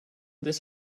this